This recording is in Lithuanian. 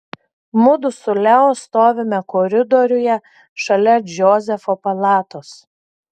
mudu su leo stovime koridoriuje šalia džozefo palatos